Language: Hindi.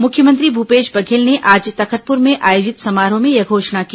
मुख्यमंत्री भूपेश बघेल ने आज तखतपूर में आयोजित समारोह में यह घोषणा की